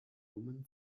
woman